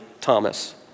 Thomas